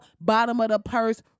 bottom-of-the-purse